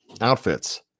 outfits